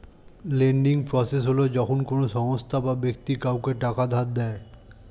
lending process হল যখন কোনো সংস্থা বা ব্যক্তি কাউকে টাকা ধার দেয়